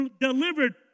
delivered